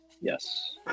Yes